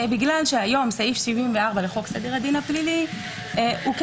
בגלל שהיום סעיף 74 לחוק סדר הדין הפלילי כן קובע